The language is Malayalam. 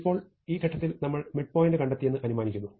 ഇപ്പോൾ ഈ ഘട്ടത്തിൽ നമ്മൾ മിഡ് പോയിന്റ് കണ്ടെത്തിയെന്ന് അനുമാനിക്കുന്നു